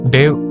Dave